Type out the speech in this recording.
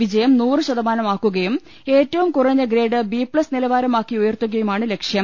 വിജയം നൂറുശതമാനമാക്കുകയും ഏറ്റവും കുറഞ്ഞ ഗ്രേഡ് ബി പ്ലസ് നിലവാരമാക്കി ഉയർത്തുകയുമാണ് ലക്ഷ്യം